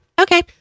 Okay